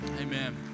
Amen